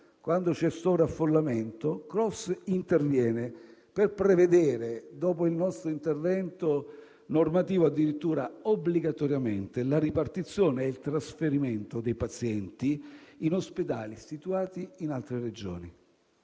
quando c'è sovraffollamento, CROSS interviene per prevedere - dopo il nostro intervento normativo, addirittura obbligatoriamente - la ripartizione e il trasferimento dei pazienti in ospedali situati in altre Regioni.